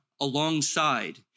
alongside